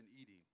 eating